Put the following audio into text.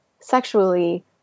sexually